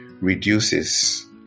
reduces